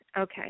okay